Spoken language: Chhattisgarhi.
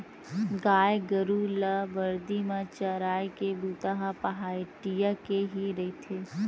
गाय गरु ल बरदी म चराए के बूता ह पहाटिया के ही रहिथे